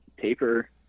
taper